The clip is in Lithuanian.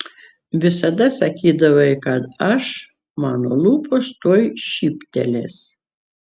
visada sakydavai kad aš mano lūpos tuoj šyptelės